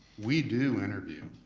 we do interview.